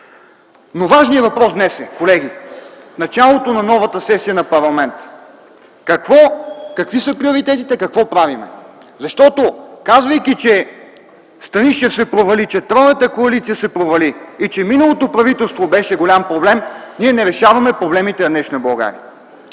важният въпрос днес, в началото на новата сесия на парламента, е какви са приоритетите, какво правим, защото казвайки, че Станишев се провали, че тройната коалиция се провали и, че миналото правителство беше голям проблем, ние не решаваме проблемите на днешна България.